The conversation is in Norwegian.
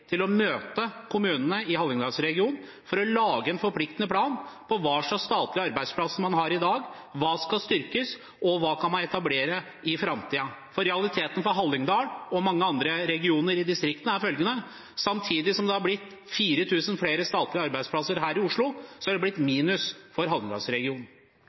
å møte kommunene i Hallingdals-regionen for å lage en forpliktende plan for hva slags statlige arbeidsplasser man har i dag, hva som skal styrkes, og hva man kan etablere i framtiden? Realiteten for Hallingdal og mange andre regioner i distriktene er at samtidig som det har blitt 4 000 flere statlige arbeidsplasser her i Oslo, har det gått i minus for